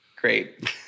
Great